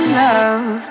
love